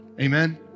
Amen